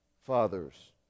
fathers